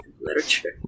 literature